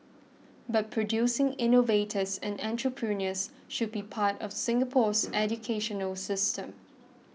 but producing innovators and entrepreneurs should be part of Singapore's educational system